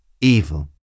evil